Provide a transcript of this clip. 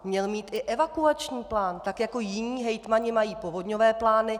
Měl mít i evakuační plán, tak jako jiní hejtmani mají povodňové plány.